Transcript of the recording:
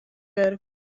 wurk